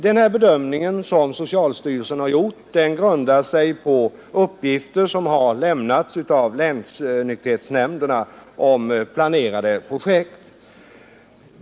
Den bedömning som socialstyrelsen har gjort grundar sig på uppgifter som lämnats av länsnykterhetsnämnderna om planerade projekt.